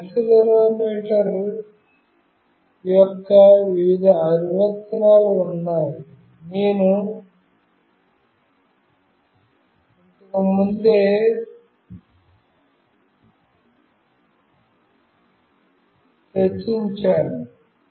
ఈ యాక్సిలెరోమీటర్ యొక్క వివిధ అనువర్తనాలు ఉన్నాయి నేను ఇంతకు ముందే చర్చించాను